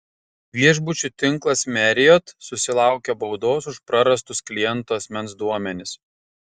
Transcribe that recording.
viešbučių tinklas marriott susilaukė baudos už prarastus klientų asmens duomenis